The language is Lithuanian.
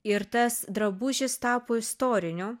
ir tas drabužis tapo istoriniu